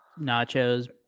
nachos